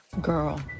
Girl